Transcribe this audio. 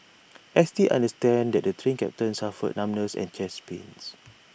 S T understands that the Train Captain suffered numbness and chest pains